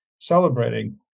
celebrating